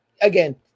again